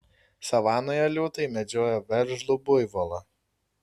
savanoje liūtai medžiojo veržlų buivolą